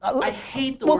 i hate the word